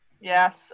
Yes